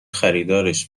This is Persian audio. خریدارش